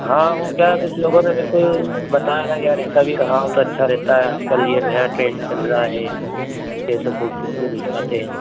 हाँ वो क्या कुछ लोगों ने मेरे को बताया था की यार ऐसा भी कराओ तो अच्छा रहता है आज कल ये नया ट्रेंड चल रहा है जैसे फोटो वोटो खिंचवाते हैं